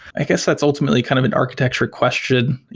i guess that's ultimately kind of an architecture question.